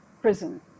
prison